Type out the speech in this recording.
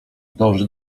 dąży